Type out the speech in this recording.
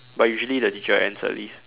but usually the teacher ends early